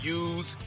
use